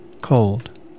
cold